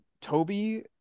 Toby